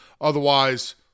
otherwise